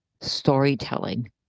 storytelling